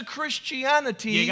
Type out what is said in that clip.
Christianity